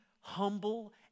humble